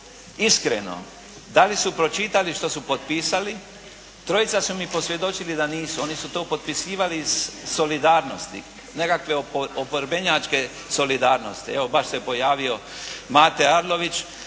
iskreno da li su pročitali što su potpisali trojica su mi posvjedočili da nisu. Oni su to potpisivali iz solidarnosti, nekakve oporbenjačke solidarnosti. Evo, baš se pojavio Mate Arlović.